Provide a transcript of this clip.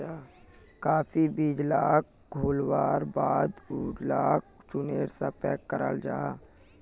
काफी बीज लाक घोल्वार बाद उलाक चुर्नेर सा पैक कराल जाहा